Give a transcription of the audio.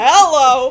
Hello